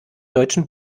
deutschen